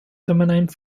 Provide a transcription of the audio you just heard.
feminine